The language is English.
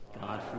God